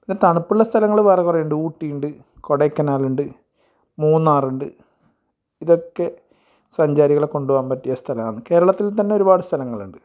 പിന്നെ തണുപ്പുള്ള സ്ഥലങ്ങൾ വേറെ കുറേയുണ്ട് ഊട്ടിയുണ്ട് കൊടൈക്കനാലുണ്ട് മൂന്നാറുണ്ട് ഇതക്കെ സഞ്ചാരികളെ കൊണ്ടോവാൻ പറ്റിയ സ്ഥലമാന്ന് കേരളത്തിൽ തന്നെ ഒരുപാട് സ്ഥലങ്ങളുണ്ട്